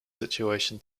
situation